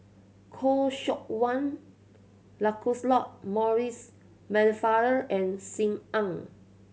Khoo Seok Wan Lancelot Maurice Pennefather and Sim Ann